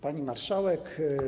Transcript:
Pani Marszałek!